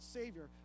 savior